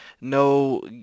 no